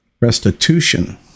Restitution